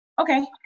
okay